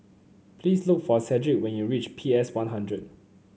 please look for Cedrick when you reach P S One Hundred